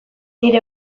nire